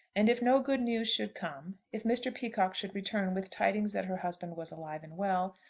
and if no good news should come, if mr. peacocke should return with tidings that her husband was alive and well,